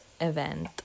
event